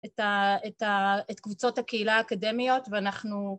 את קבוצות הקהילה האקדמיות ואנחנו